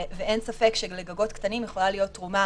ואין ספק שלגגות קטנים יכולה להיות תרומה